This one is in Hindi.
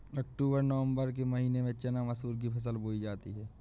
अक्टूबर नवम्बर के महीना में चना मसूर की फसल बोई जाती है?